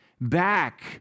back